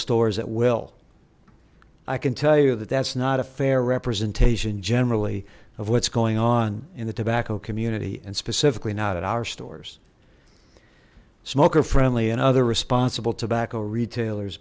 stores at will i can tell you that that's not a fair representation generally of what's going on in the tobacco community and specifically not at our stores smoker friendly and other responsible tobacco retailers